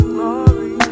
Glory